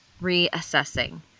reassessing